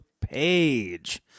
page